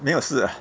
没有事 ah